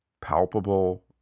palpable